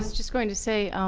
just going to say,